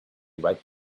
right